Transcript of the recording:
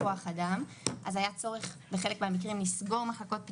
אם יש לי מכשיר MRI אחד,